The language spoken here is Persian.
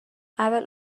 اول